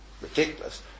ridiculous